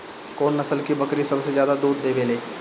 कौन नस्ल की बकरी सबसे ज्यादा दूध देवेले?